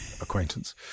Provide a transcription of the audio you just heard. acquaintance